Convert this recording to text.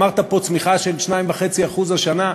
אמרת פה צמיחה של 2.5% השנה,